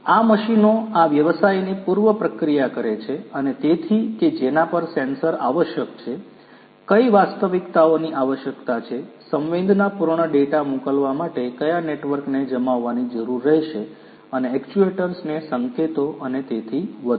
આ મશીનો આ વ્યવસાયની પૂર્વ પ્રક્રિયા કરે છે અને તેથી કે જેના પર સેન્સર આવશ્યક છે કઈ વાસ્તવિકતાઓની આવશ્યકતા છે સંવેદનાપૂર્ણ ડેટા મોકલવા માટે કયા નેટવર્કને જમાવવાની જરૂર રહેશે અને એક્ચ્યુએટર્સ ને સંકેતો અને તેથી વધુ